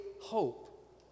hope